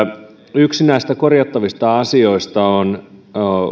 yksi näistä korjattavista asioista on